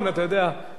צריך קצת להזיז את,